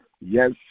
Yes